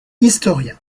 historien